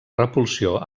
repulsió